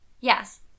Yes